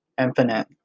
infinite